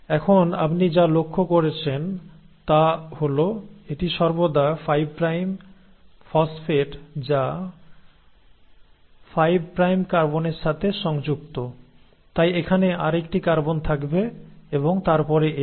এখন আপনি যা লক্ষ্য করছেন তা হল এটি সর্বদা 5 প্রাইম ফসফেট যা 5 প্রাইম কার্বনের সাথে সংযুক্ত তাই এখানে আরেকটি কার্বন থাকবে এবং তারপরে এটি